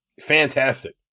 Fantastic